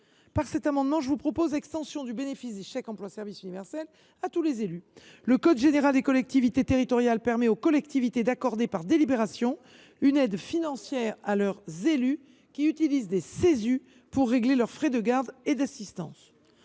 Cet amendement vise à étendre le bénéfice du chèque emploi service universel (Cesu) à l’ensemble des élus. Le code général des collectivités territoriales permet aux collectivités d’accorder, par délibération, une aide financière à leurs élus qui utilisent des Cesu pour régler leurs frais de garde et d’assistance.